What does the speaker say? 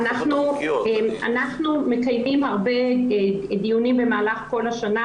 אנחנו מקיימים הרבה דיונים במהלך כל השנה,